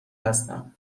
هستم